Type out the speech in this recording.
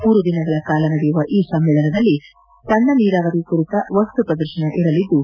ಮೂರು ದಿನಗಳ ಕಾಲ ನಡೆಯುವ ಈ ಸಮ್ಮೇಳನದಲ್ಲಿ ಸಣ್ಣ ನೀರಾವರಿ ಕುರಿತ ವಸ್ತು ಪ್ರದರ್ಶನ ಇರಲಿದ್ದು